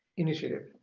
initiative.